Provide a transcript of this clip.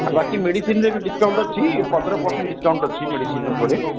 ଆଉ ବାକି ମେଡ଼ିସିନ୍ରେ ବି ଡିସକାଉଣ୍ଟ୍ ଅଛି ପନ୍ଦର ପରସେଣ୍ଟ୍ ଡିସକାଉଣ୍ଟ୍ ଅଛି ମେଡ଼ିସିନ୍ ଉପରେ